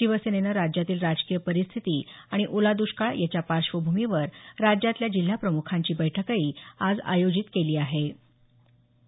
शिवसेनेनं राज्यातील राजकीय परिस्थिती आणि ओला द्रष्काळ याच्या पार्श्वभूमीवर राज्यातील जिल्हाप्रमुखांची बैठकही आज आयोजित केल्याचं म्हटलं आहे